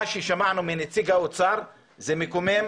מה ששמענו מנציג האוצר זה מקומם,